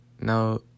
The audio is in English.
Now